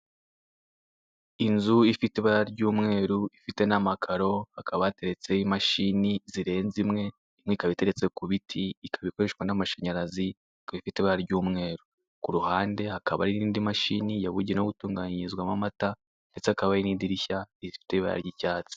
Inzu ifite ibara ry'umweru, ifite n'amakaro, hakaba hateretseho imashini zirenze imwe, imwe ikaba itaretse ku biti, ikaba ikoreshwa n'amashanyarazi, ikaba ifite ibara ry'umweru. Ku ruhade hakaba hari n'indi mashini yabugenewe yo gutunganyirizwamo amata, ndetse hakaba hari n'idirishya rifite ibara ry'icyatsi.